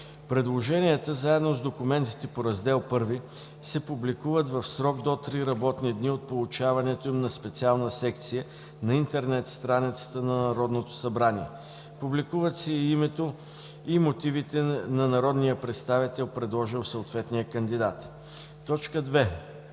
Предложенията, заедно с документите по Раздел I, се публикуват в срок до три работни дни от получаването им на специална секция на интернет страницата на Народното събрание. Публикуват се и името, и мотивите на народния представител, предложил съответния кандидат. 2.